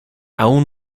aún